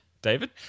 David